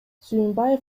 сүйүмбаев